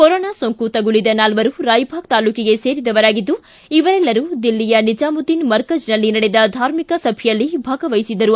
corona ಸೋಂಕು ತಗುಲಿದ ನಾಲ್ವರೂ ರಾಯಬಾಗ ತಾಲೂಕಿಗೆ ಸೇರಿದವರಾಗಿದ್ದು ಇವರೆಲ್ಲರೂ ದಿಲ್ಲಿಯ ನಿಜಾಮುದ್ದೀನ್ ಮರ್ಕಜ್ನಲ್ಲಿ ನಡೆದ ಧಾರ್ಮಿಕ ಸಭೆಯಲ್ಲಿ ಭಾಗವಹಿಸಿದ್ದರು